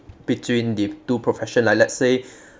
between the two profession like let's say